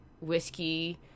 whiskey